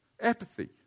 Apathy